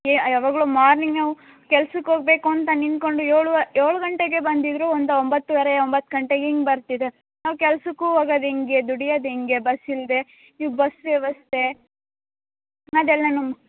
ಏ ಯಾವಾಗಲೂ ಮಾರ್ನಿಂಗ್ ನಾವು ಕೆಲ್ಸಕ್ಕೆ ಹೋಗ್ಬೇಕು ಅಂತ ನಿಂತ್ಕೊಂಡು ಏಳು ವ ಏಳು ಗಂಟೆಗೆ ಬಂದಿದ್ರು ಒಂದು ಒಂಬತ್ತುವರೆ ಒಂಬತ್ತು ಗಂಟೆಗೆ ಹಿಂಗ್ ಬರ್ತಿದೆ ನಾವು ಕೆಲ್ಸಕ್ಕೂ ಹೋಗೋದ್ ಹೆಂಗೆ ದುಡಿಯೋದು ಹೆಂಗೆ ಬಸ್ ಇಲ್ಲದೆ ಬಸ್ ವ್ಯವಸ್ಥೆ ಅದೆಲ್ಲ ನಮ್ಗೆ